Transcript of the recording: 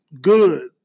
good